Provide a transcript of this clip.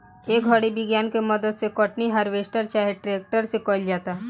ए घड़ी विज्ञान के मदद से कटनी, हार्वेस्टर चाहे ट्रेक्टर से कईल जाता